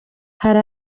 hari